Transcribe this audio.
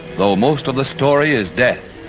though most of the story is death.